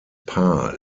paar